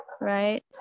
right